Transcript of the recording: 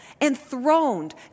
enthroned